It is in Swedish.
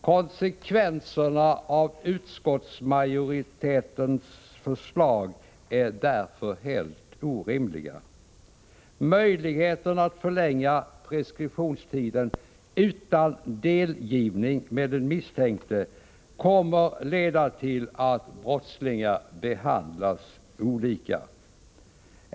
Konsekvenserna av utskottsmajoritetens förslag är helt orimliga. Möjligheten att förlänga preskriptionstiden utan delgivning med den misstänkte kommer att leda till att brottslingar behandlas helt olika.